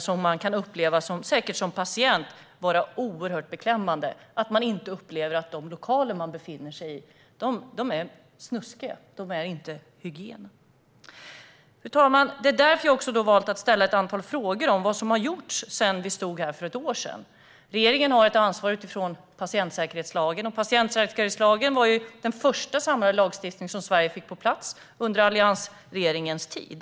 Som patient kan man säkert uppleva det som oerhört beklämmande att de lokaler man befinner sig i är snuskiga och inte hygieniska. Fru talman! Av detta skäl har jag valt att ställa ett antal frågor om vad som har gjorts sedan vi stod här för ett år sedan. Regeringen har ett ansvar utifrån patientsäkerhetslagen, som var den första samlade lagstiftning som Sverige fick på plats under alliansregeringens tid.